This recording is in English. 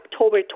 october